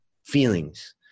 feelings